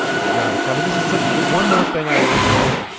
you gotta. and this is sort of the one more thing i will say.